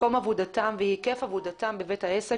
מקום עבודתם והיקף עבודתם בבית העסק